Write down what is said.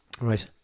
Right